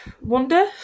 Wonder